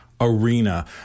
arena